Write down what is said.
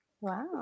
Wow